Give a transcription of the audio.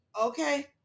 Okay